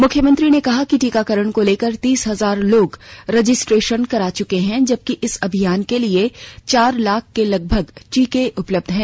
मुख्यमंत्री ने कहा कि टीकाकरण को लेकर तीस हजार लोग रजिस्ट्रेशन करा चुके हैं जबकि इस अभियान के लिए चार लाख के लगभग टीके उपलब्ध हैं